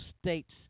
states